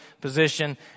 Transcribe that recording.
position